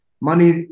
Money